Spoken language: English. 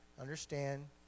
Understand